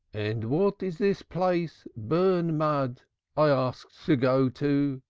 and what is this place, burnmud, i ask to go to?